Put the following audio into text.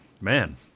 man